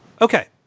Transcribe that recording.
okay